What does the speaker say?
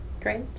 great